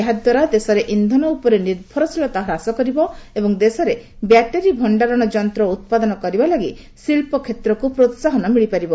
ଏହାଦ୍ୱାରା ଦେଶରେ ଇନ୍ଧନ ଉପରେ ନିର୍ଭରଶୀଳତା ହ୍ରାସ କରିବ ଏବଂ ଦେଶରେ ବ୍ୟାଟେରୀ ଭକ୍ଷାରଣ ଯନ୍ତ ଉତ୍ପାଦନ କରିବା ଲାଗି ଶିଳ୍ପକ୍ଷେତ୍ରକୁ ପ୍ରୋହାହନ ମିଳିପାରିବ